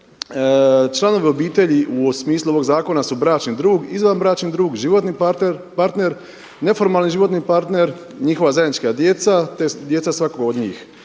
„članove obitelji u smislu ovog zakona su bračni drug, izvanbračni drug, životni partner, neformalni životni partner, njihova zajednička djeca, te djeca svakog od njih“